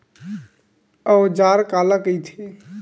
औजार काला कइथे?